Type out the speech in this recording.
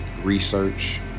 research